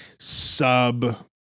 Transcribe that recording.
sub